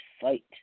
fight